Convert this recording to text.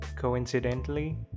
coincidentally